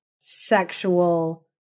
sexual